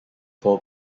four